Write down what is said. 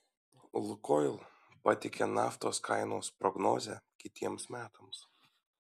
lukoil pateikė naftos kainos prognozę kitiems metams